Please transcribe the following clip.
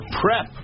prep